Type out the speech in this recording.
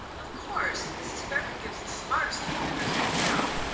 of course mrs. fairford gives the smartest little dinners in town.